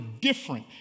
different